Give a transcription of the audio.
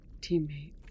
teammate